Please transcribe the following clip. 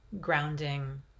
grounding